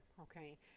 okay